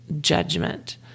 judgment